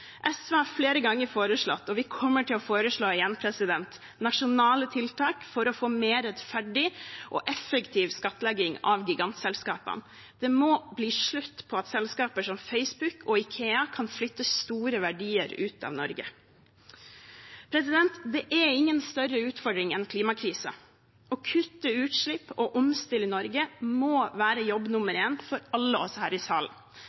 SV har flere ganger foreslått – og vi kommer til å foreslå det igjen – nasjonale tiltak for å få mer rettferdig og effektiv skattlegging av gigantselskapene. Det må bli slutt på at selskaper som Facebook og Ikea kan flytte store verdier ut av Norge. Det er ingen større utfordring enn klimakrisen. Å kutte utslipp og omstille Norge må være jobb nummer én for alle oss her i salen.